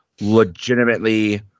legitimately